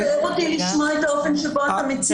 ו-(ב) בשינויים המחויבים.